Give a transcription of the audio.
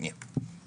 שנייה.